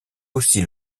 aussi